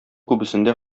күбесендә